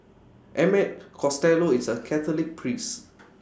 Emmett Costello is A Catholic priest